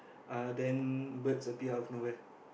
uh then birds appear out of nowhere